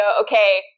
okay